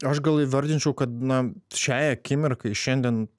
aš gal įvardinčiau kad na šiai akimirkai šiandien